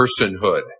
personhood